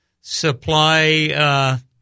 supply